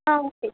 ah okay sir